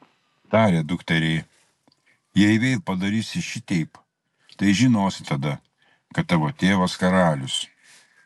tarė dukteriai jei vėl padarysi šiteip tai žinosi tada kad tavo tėvas karalius